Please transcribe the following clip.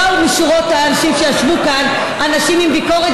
באו משורות האנשים שישבו כאן אנשים עם ביקורת,